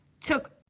took